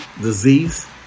disease